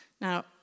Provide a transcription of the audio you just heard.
Now